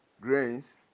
grains